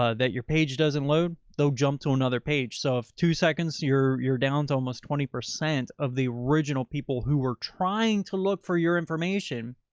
ah that your page doesn't load though, jump to another page. so if two seconds you're, you're down to almost twenty percent of the original people who were trying to look for your information.